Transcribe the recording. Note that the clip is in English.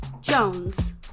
Jones